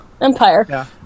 Empire